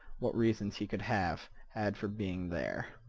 what reasons he could have had for being there.